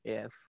Yes